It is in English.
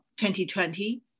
2020